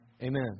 amen